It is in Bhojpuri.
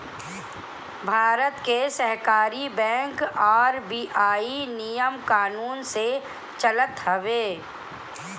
भारत के सहकारी बैंक आर.बी.आई नियम कानून से चलत हवे